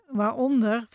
waaronder